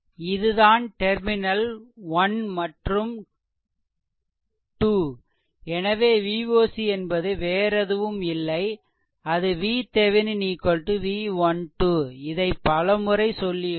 இது தான் டெர்மினல் 1 மற்றும் 2 எனவே Voc என்பது வேறெதுவும் இல்லை அது VThevenin V12 இதை பல முறை சொல்லியுள்ளேன்